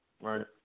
Right